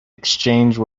exchange